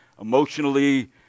emotionally